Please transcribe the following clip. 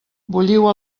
bulliu